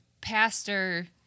pastor